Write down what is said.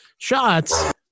shots